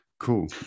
Cool